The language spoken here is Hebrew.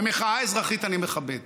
ומחאה אזרחית אני מכבד.